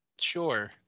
sure